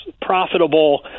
profitable